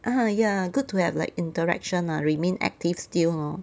(uh huh) ya good to have like interaction lah remain active still hor